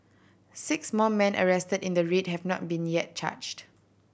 six more men arrested in the raid have not been yet charged